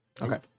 Okay